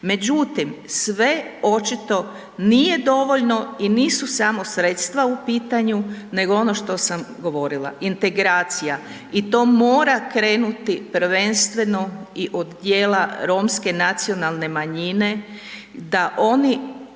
Međutim, sve očito nije dovoljno i nisu samo sredstva u pitanju, nego ono što sam govorila, integracija i to mora krenuti prvenstveno i od dijela romske nacionalne manjine da oni